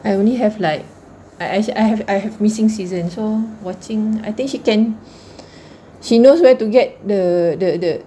I only have like I say I have I have missing season so watching I think she can she knows where to get the the the